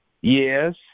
Yes